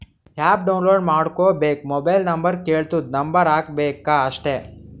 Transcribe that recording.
app download ಮಾಡ್ಕೋಬೇಕ್ mobile number ಕೆಳ್ತುದ್ number ಹಾಕಬೇಕ ಅಷ್ಟೇ